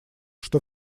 что